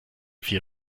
vier